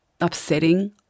upsetting